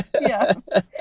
Yes